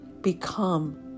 become